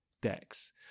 decks